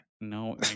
No